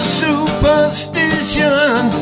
superstition